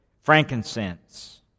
frankincense